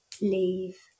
leave